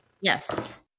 Yes